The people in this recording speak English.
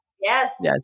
Yes